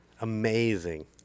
Amazing